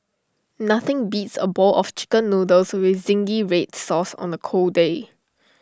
nothing beats A bowl of Chicken Noodles with Zingy Red Sauce on A cold day